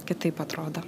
kitaip atrodo